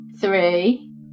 Three